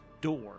door